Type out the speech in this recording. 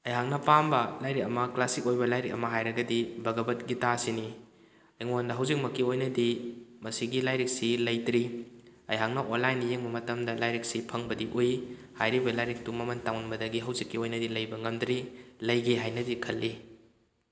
ꯑꯩꯍꯥꯛꯅ ꯄꯥꯝꯕ ꯂꯥꯏꯔꯤꯛ ꯑꯃ ꯀ꯭ꯂꯥꯁꯤꯛ ꯑꯣꯏꯕ ꯂꯥꯏꯔꯤꯛ ꯑꯃ ꯍꯥꯏꯔꯒꯗꯤ ꯕꯥꯒꯕꯠ ꯒꯤꯇꯥꯁꯤꯅꯤ ꯑꯩꯉꯣꯟꯗ ꯍꯧꯖꯤꯛꯃꯛꯀꯤ ꯑꯣꯏꯅꯗꯤ ꯃꯁꯤꯒꯤ ꯂꯥꯏꯔꯤꯛꯁꯤ ꯂꯩꯇ꯭ꯔꯤ ꯑꯩꯍꯥꯛꯅ ꯑꯣꯟꯂꯥꯏꯟꯗ ꯌꯦꯡꯕ ꯃꯇꯝꯗ ꯂꯥꯏꯔꯤꯛꯁꯤ ꯐꯪꯕꯗꯤ ꯎꯏ ꯍꯥꯏꯔꯤꯕ ꯂꯥꯏꯔꯤꯛꯇꯨ ꯃꯃꯜ ꯇꯥꯡꯃꯟꯕꯗꯒꯤ ꯍꯧꯖꯤꯛꯀꯤ ꯑꯣꯏꯅꯗꯤ ꯂꯩꯕ ꯉꯝꯗ꯭ꯔꯤ ꯂꯩꯒꯦ ꯍꯥꯏꯅꯗꯤ ꯈꯜꯂꯤ